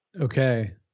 Okay